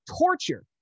torture